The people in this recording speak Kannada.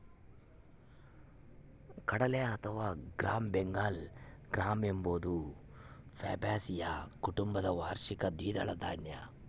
ಕಡಲೆ ಅಥವಾ ಗ್ರಾಂ ಬೆಂಗಾಲ್ ಗ್ರಾಂ ಎಂಬುದು ಫ್ಯಾಬಾಸಿಯ ಕುಟುಂಬದ ವಾರ್ಷಿಕ ದ್ವಿದಳ ಧಾನ್ಯ